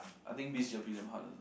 I think biz gerpe damn hard also